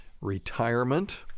retirement